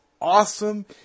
awesome